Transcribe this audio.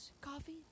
Coffee